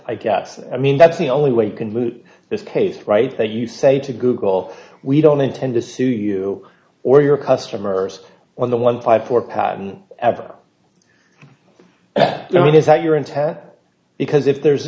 i guess i mean that's the only way you can move this case right that you say to google we don't intend to sue you or your customers on the one type or path ever now is that your intent because if there's